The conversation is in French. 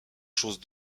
chose